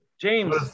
James